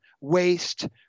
waste